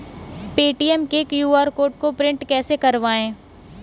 Paytm के QR code को print कैसे करवाएँ?